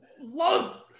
Love